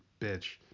bitch